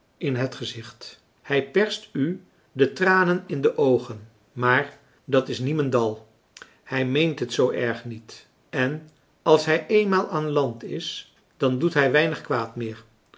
in het gezicht hij perst u de tranen in de oogen maar dat is niemendal hij meent het zoo erg niet en als hij eenmaal aan land is dan doet hij weinig kwaad meer